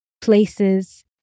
places